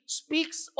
speaks